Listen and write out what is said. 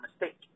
mistake